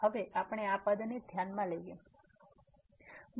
હવે આપણે આ પદ ને ધ્યાનમાં લઈએ xn1n1